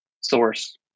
source